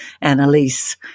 Annalise